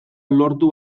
lortu